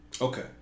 okay